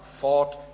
fought